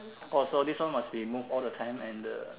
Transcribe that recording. possible this one must be move all the time and the